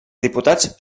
diputats